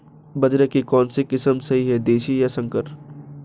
बाजरे की कौनसी किस्म सही हैं देशी या संकर?